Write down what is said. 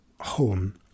home